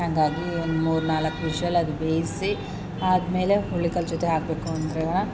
ಹಾಗಾಗಿ ಒಂದು ಮೂರ್ನಾಲ್ಕು ವಿಷಲ್ ಅದು ಬೇಯಿಸಿ ಆದ್ಮೇಲೆ ಹುರುಳಿಕಾಳು ಜೊತೆ ಹಾಕಬೇಕು ಅಂದರೆ